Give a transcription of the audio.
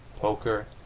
poker,